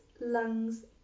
lungs